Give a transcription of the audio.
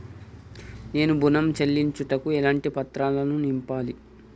నేను ఋణం చెల్లించుటకు ఎలాంటి పత్రాలను నింపాలి?